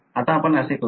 आता आपण असे करू